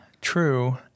true